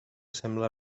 sembla